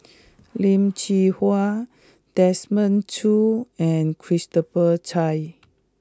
Lim Hwee Hua Desmond Choo and Christopher Chia